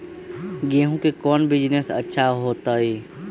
गेंहू के कौन बिजनेस अच्छा होतई?